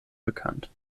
bekannt